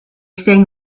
sang